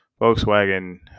Volkswagen